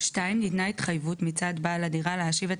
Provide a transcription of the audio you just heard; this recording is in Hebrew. (2)ניתנה התחייבות מצד בעל הדירה להשיב את